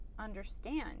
understand